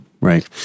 Right